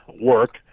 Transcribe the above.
work